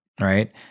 right